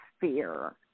fear